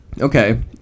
Okay